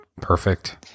perfect